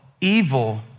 evil